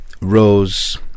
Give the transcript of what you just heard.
Rose